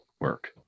work